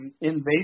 invasive